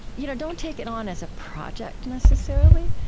you know don't take it on as a project, necessarily,